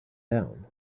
down